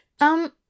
Um